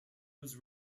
was